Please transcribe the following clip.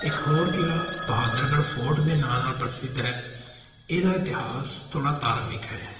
ਇੱਕ ਹੋਰ ਕਿਲਾ ਬਹਾਦਰਗੜ ਫੋਰਟ ਦੇ ਨਾਂ ਨਾਲ ਪ੍ਰਸਿੱਧ ਹੈ ਇਹਦਾ ਇਤਿਹਾਸ ਥੋੜ੍ਹਾ ਧਾਰਮਿਕ ਹੈ